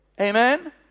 Amen